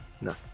No